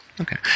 Okay